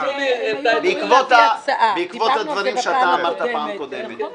בעקבות הדברים שאתה אמרת בפעם קודמת.